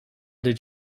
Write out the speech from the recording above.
did